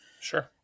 Sure